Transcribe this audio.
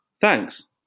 Thanks